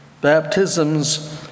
baptisms